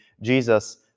Jesus